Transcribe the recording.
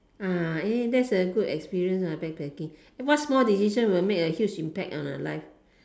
ah eh that's a good experience ah backpacking eh what small decision will make a huge impact on your life